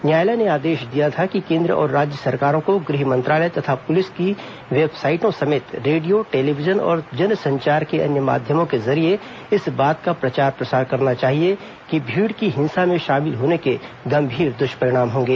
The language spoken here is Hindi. न्यायालय ने आदेश दिया था कि केंद्र और राज्य सरकारों को गृह मंत्रालय तथा पुलिस की वेबसाइटों समेत रेडियो टेलीविजन और जनसंचार के अन्य माध्यमों के जरिए इस बात का प्रचार प्रसार करना चाहिए कि मीड़ की हिंसा में शामिल होने के गंभीर दृष्परिणाम होंगे